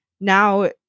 now